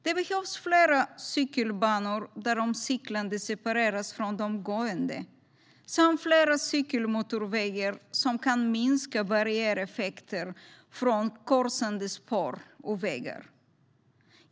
Det behövs fler cykelbanor där de cyklande separeras från de gående samt fler cykelmotorvägar som kan minska barriäreffekter från korsande spår och vägar.